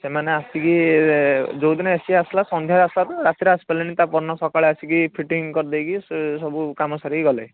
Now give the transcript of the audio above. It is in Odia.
ସେମାନେ ଆସିକି ଯେଉଁଦିନ ଏସି ଆସିଲା ସନ୍ଧ୍ୟା ଆସିଲା ପରେ ରାତିରେ ଆସି ପାରିଲେନି ତା'ପରଦିନ ସକାଳେ ଆସିକି ଫିଟିଂ କରି ଦେଇକି ସବୁ କାମ ସାରିକି ଗଲେ